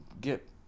get